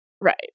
Right